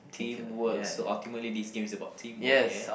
teamwork so ultimately this game is about teamwork yeah